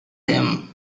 him